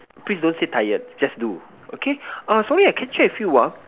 please don't say tired just do okay ah sorry I can check with you ah